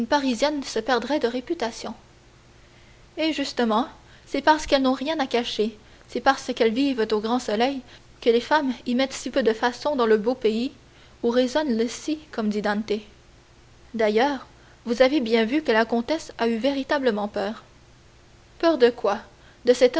se perdrait de réputation eh justement c'est parce qu'elles n'ont rien à cacher c'est parce qu'elles vivent au grand soleil que les femmes y mettent si peu de façons dans le beau pays où résonne le si comme dit dante d'ailleurs vous avez bien vu que la comtesse a eu véritablement peur peur de quoi de cet